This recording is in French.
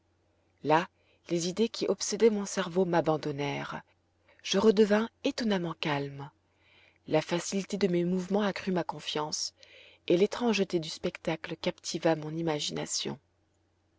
là les idées qui obsédaient mon cerveau m'abandonnèrent je redevins étonnamment calme la facilité de mes mouvements accrut ma confiance et l'étrangeté du spectacle captiva mon imagination